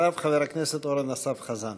אחריו, חבר הכנסת אורן אסף חזן.